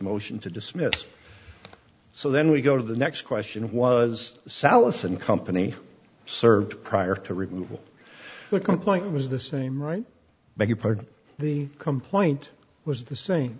motion to dismiss so then we go to the next question was salaf and company served prior to removal the complaint was the same right but you've heard the complaint was the same